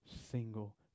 single